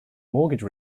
mortgage